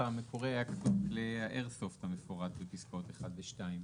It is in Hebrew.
המקורי היה כתוב "כלי האיירסופט המפורט בפסקאות (1) ו-(2)".